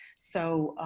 so,